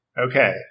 Okay